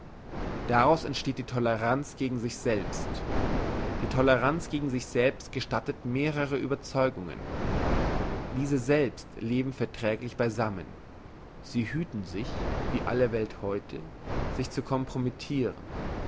daraus entsteht die toleranz gegen sich selbst die toleranz gegen sich selbst gestattet mehrere überzeugungen diese selbst leben verträglich beisammen sie hüten sich wie alle welt heute sich zu compromittiren